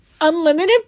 unlimited